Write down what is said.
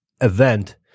event